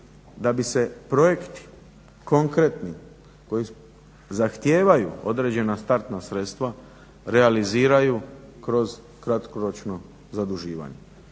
da bi se projekti konkretni koji zahtijevaju određena startna sredstva realiziraju kroz kratkoročno zaduživanje.